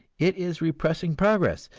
it is repressing progress,